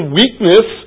weakness